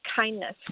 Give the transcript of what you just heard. kindness